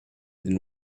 then